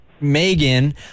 Megan